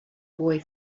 boy